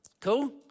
Cool